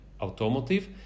automotive